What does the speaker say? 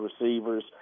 receivers